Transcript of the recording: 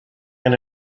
and